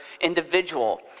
individual